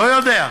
לא יודע.